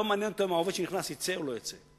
ולא מעניין אותו אם העובד שנכנס יצא או לא יצא.